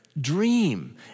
dream